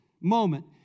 moment